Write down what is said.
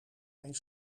geen